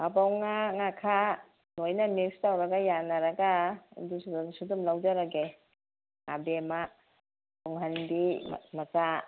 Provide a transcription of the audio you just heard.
ꯐꯥꯕꯧ ꯉꯥ ꯉꯈꯥ ꯂꯣꯏꯅ ꯃꯤꯛꯁ ꯇꯧꯅꯔꯒ ꯌꯥꯟꯅꯔꯒ ꯑꯗꯨꯁꯨ ꯑꯗꯨꯝ ꯂꯧꯖꯔꯒꯦ ꯉꯥꯕꯦꯝꯃ ꯇꯨꯡꯍꯟꯕꯤ ꯃꯆꯥ